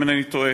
אם אינני טועה,